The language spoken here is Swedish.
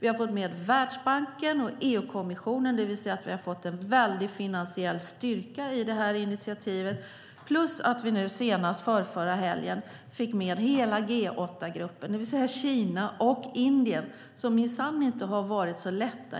Vi har fått med Världsbanken och EU-kommissionen, så vi har fått en väldig finansiell styrka i detta initiativ. Förrförra helgen fick vi också med hela G8-gruppen, det vill säga Kina och Indien, som minsann inte har varit så lätta